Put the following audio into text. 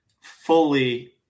fully